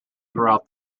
throughout